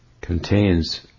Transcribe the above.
contains